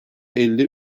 elli